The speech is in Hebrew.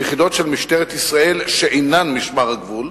ביחידות של משטרת ישראל שאינן משמר הגבול,